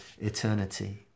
eternity